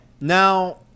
Now